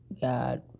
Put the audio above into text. God